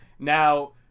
Now